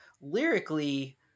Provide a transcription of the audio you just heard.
lyrically